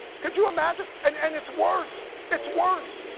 could you imagine? and and it's worse, it's worse.